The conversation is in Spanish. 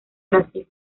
brasil